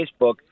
Facebook